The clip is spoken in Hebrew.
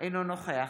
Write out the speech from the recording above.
אינו נוכח